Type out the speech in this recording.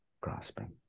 grasping